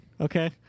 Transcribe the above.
okay